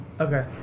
Okay